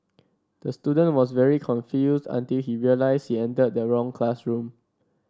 the student was very confused until he realised he entered the wrong classroom